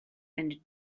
and